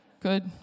Good